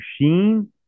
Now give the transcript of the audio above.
machine